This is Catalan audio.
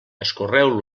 escorreu